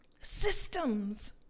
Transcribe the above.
systems